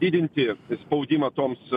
didinti spaudimą toms